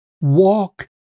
Walk